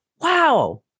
wow